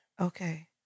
Okay